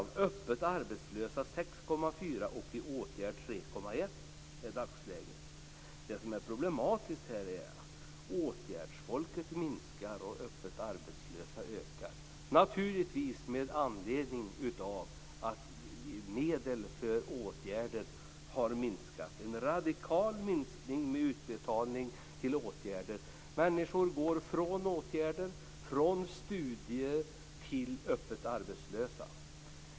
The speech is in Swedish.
De öppet arbetslösa utgör 6,4 % och de som befinner sig i åtgärd utgör i dagsläget 3,1 %. Det problematiska är att de som befinner sig i en åtgärd minskar och de öppet arbetslösa ökar. Naturligtvis är anledningen att medlen för åtgärder har minskat. Det har skett en radikal minskning av utbetalningen av medel till åtgärder. Människor går från åtgärder och studier till att bli öppet arbetslösa.